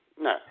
No